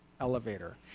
elevator